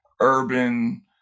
urban